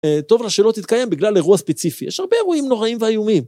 טוב לה שלא תתקיים בגלל אירוע ספציפי, יש הרבה אירועים נוראים ואיומים.